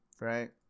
Right